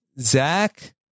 Zach